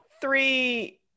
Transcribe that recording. three